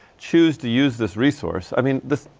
choose to use this resource i mean, this,